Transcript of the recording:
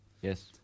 yes